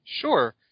Sure